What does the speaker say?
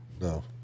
no